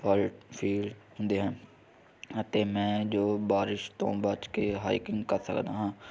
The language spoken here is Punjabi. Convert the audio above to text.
ਅਤੇ ਮੈਂ ਜੋ ਬਾਰਿਸ਼ ਤੋਂ ਬਚ ਕੇ ਹਾਈਕਿੰਗ ਕਰ ਸਕਦਾ ਹਾਂ